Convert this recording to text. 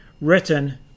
written